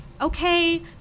okay